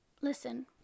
Listen